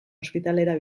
ospitalera